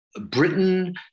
Britain